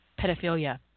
pedophilia